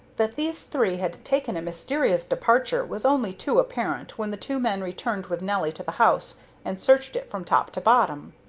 that these three had taken a mysterious departure was only too apparent when the two men returned with nelly to the house and searched it from top to bottom.